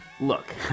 Look